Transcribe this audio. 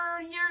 years